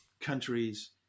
countries